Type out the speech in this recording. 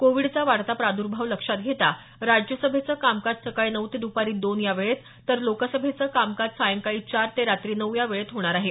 कोविडचा वाढता प्रादर्भाव लक्षात घेता राज्यसभेचं कामकाज सकाळी नऊ ते दपारी दोन या वेळेत तर लोकसभेचं कामकाज सायंकाळी चार ते रात्री नऊ या वेळेत होणार आहे